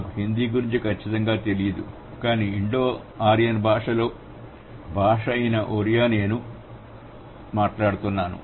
నాకు హిందీ గురించి ఖచ్చితంగా తెలియదు కాని ఇండో ఆర్యన్ భాషలో భాష అయిన ఒరియా నేను మాట్లాడుతున్నాను